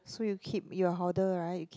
so you keep your hoarder right keep